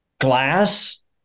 glass